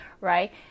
right